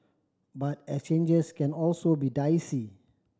but exchanges can also be dicey